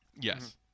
Yes